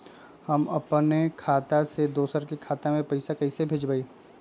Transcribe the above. हम अपने खाता से दोसर के खाता में पैसा कइसे भेजबै?